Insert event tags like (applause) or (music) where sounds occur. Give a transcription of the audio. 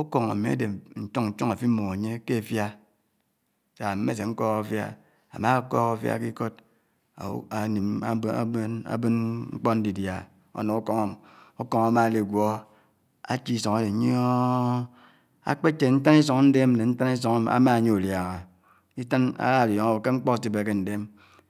Ukóng àmi ádè nchòng-nchòng àfó imum ányè kè áfiá, sá àmmèsè nkòk áfiá, ámákòk áfiá ke ánim (unintelligible) ábèn mkpò ndidià ánò ukòng óm, ukòng ámádi gwó áchè isòng ádé ákpè chè ntan isòng ándè nè ntan isòng ámánìè utiàngà áná uòngò ábò kè mkpò atikpe ké ndè ámi.